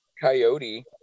coyote